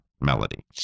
melody